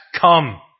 come